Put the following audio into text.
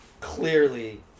clearly